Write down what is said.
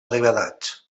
degradats